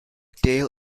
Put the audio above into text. tail